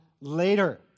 later